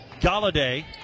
Galladay